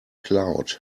cloud